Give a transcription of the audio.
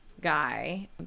guy